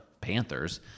Panthers